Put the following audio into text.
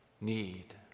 need